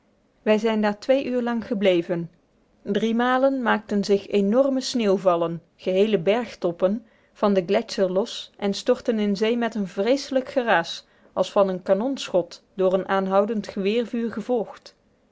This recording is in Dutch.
wij zijn daar twee uur lang gebleven drie malen maakten zich enorme sneeuwvallen geheele bergtoppen van den gletscher los en storten in zee met een vreeselijk geraas als van een kanonschot door een aanhoudend geweervuur gevolgd